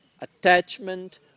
attachment